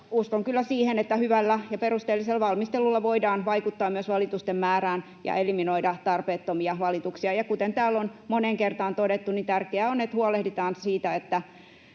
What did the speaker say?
Uskon kyllä siihen, että hyvällä ja perusteellisella valmistelulla voidaan vaikuttaa myös valitusten määrään ja eliminoida tarpeettomia valituksia. Ja kuten täällä on moneen kertaan todettu, tärkeää on, että huolehditaan siitä, että